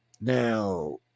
Now